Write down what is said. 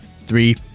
three